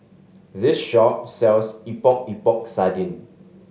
this shop sells Epok Epok Sardin